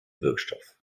wirkstoff